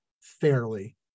fairly